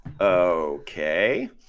Okay